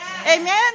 Amen